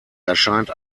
erscheint